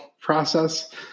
process